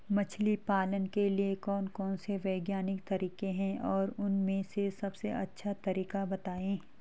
मछली पालन के लिए कौन कौन से वैज्ञानिक तरीके हैं और उन में से सबसे अच्छा तरीका बतायें?